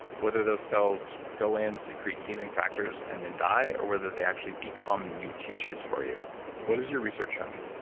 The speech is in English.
whether those cells go in secrete healing factors and then die or whether they actually become new tissues for you. what is your research on you?